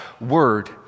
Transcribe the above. word